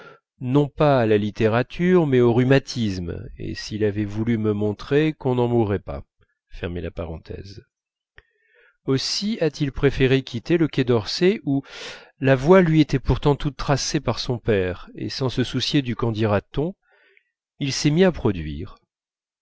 non pas à la littérature mais au rhumatisme et s'il avait voulu me montrer qu'on n'en mourait pas aussi a-t-il préféré quitter le quai d'orsay où la voie lui était pourtant toute tracée par son père et sans se soucier du quen dira t on il s'est mis à produire